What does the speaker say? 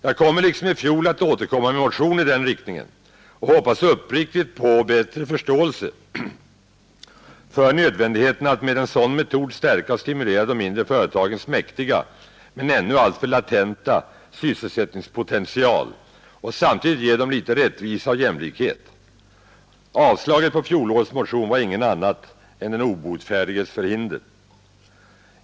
Jag skall liksom i fjol återkomma med motion i denna riktning och hoppas uppriktigt på bättre förståelse för nödvändigheten att med en sådan metod stärka och stimulera de mindre företagens mäktiga, men ännu alltför latenta sysselsättningspotential och samtidigt ge dem litet rättvisa och jämlikhet. Avslaget på fjolårets motion var inget annat än den obotfärdiges förhinder.